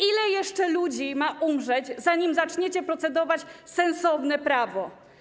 Ile jeszcze ludzi ma umrzeć, zanim zaczniecie procedować sensowne prawo?